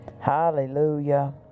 Hallelujah